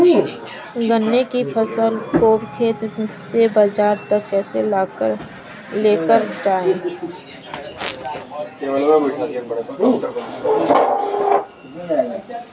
गन्ने की फसल को खेत से बाजार तक कैसे लेकर जाएँ?